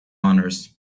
honors